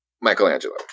Michelangelo